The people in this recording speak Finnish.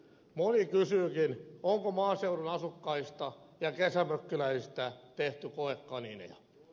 moni kysyykin onko maaseudun asukkaista ja kesämökkiläisistä tehty koekaniineja